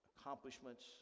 accomplishments